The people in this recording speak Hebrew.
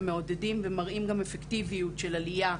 מעודדים ומראים גם אפקטיביות של עלייה,